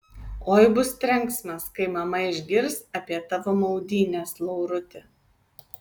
oi bus trenksmas kai mama išgirs apie tavo maudynes lauruti